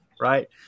right